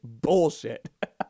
bullshit